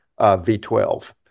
V12